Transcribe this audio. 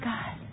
God